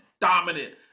dominant